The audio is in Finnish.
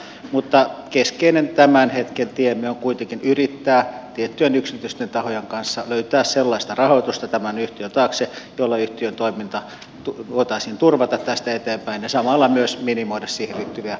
mutta keskeinen tämän hetken tiemme on kuitenkin yrittää tiettyjen yksityisten tahojen kanssa löytää sellaista rahoitusta tämän yhtiön taakse jolla yhtiön toiminta voitaisiin turvata tästä eteenpäin ja samalla myös minimoida siirtyvä